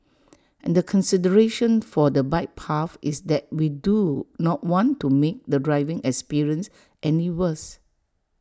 and the consideration for the bike path is that we do not want to make the driving experience any worse